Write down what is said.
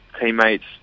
teammates